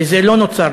וזה לא נוצר.